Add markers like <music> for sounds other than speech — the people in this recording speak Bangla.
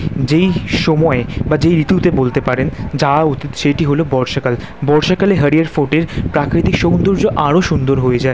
যেই সময় বা যেই ঋতুতে বলতে পারেন যাওয়া <unintelligible> সেইটি হলো বর্ষাকাল বর্ষাকালে হারিহর ফোর্টের প্রাকৃতিক সৌন্দর্য আরো সুন্দর হয়ে যায়